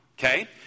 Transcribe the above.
Okay